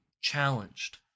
challenged